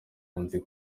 yanzuye